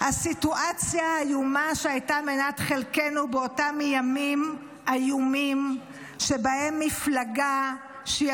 הסיטואציה האיומה שהייתה מנת חלקנו באותם ימים איומים שבהם מפלגה שהיא